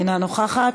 אינה נוכחת,